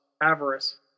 avarice